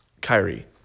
Kyrie